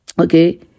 okay